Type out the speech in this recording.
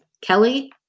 Kelly